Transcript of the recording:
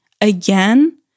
again